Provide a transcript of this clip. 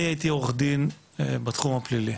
אני הייתי עורך דין בתחום הפלילי,